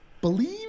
believe